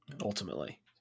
ultimately